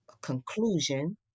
conclusion